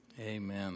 Amen